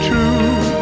True